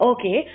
Okay